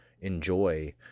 enjoy